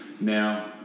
Now